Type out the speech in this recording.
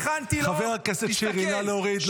חבר הכנסת שירי, נא להוריד.